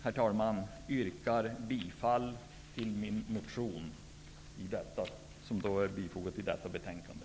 Herr talman! Jag yrkar bifall till min motion, vilken behandlas i detta betänkande.